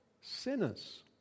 sinners